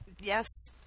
Yes